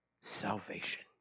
salvation